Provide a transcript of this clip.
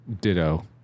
Ditto